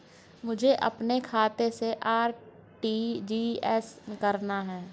मुझे अपने खाते से आर.टी.जी.एस करना?